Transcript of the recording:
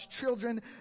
children